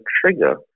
trigger